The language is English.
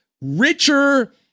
richer